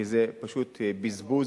כי זה פשוט בזבוז,